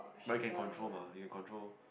but you can control mah you can control